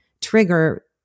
trigger